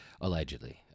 allegedly